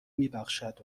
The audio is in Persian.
میبخشد